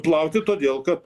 plauti todėl kad